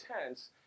intense